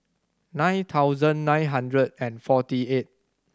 nine thousand nine hundred and forty eight